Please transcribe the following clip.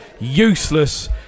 Useless